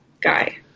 guy